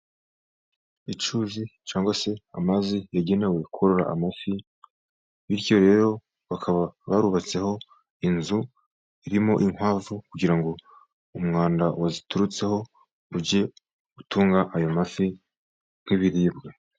Icyuzi cyangwa se amazi yagenewe korora amafi, bityo rero bakaba barubatseho inzu irimo inkwavu, kugira ngo umwanda waziturutseho ujye utunga ayo mafi nk'ibiribwa.